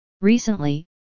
Recently